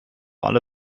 alle